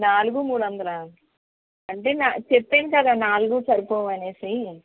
నాలుగూ మూడు వందలా అంటే నా చెప్పాను కదా నాలుగూ సరిపోవు అనీ